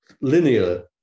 linear